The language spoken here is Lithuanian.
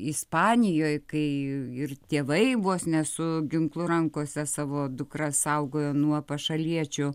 ispanijoj kai ir tėvai vos ne su ginklu rankose savo dukras saugojo nuo pašaliečių